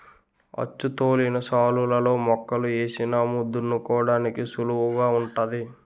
అచ్చుతోలిన శాలులలో మొక్కలు ఏసినాము దున్నుకోడానికి సుళువుగుంటాది